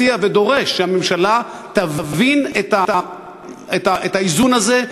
מציע ודורש שהממשלה תבין את האיזון הזה,